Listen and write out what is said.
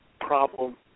problem